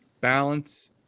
Balance